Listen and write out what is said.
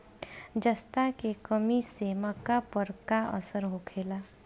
जस्ता के कमी से मक्का पर का असर होखेला?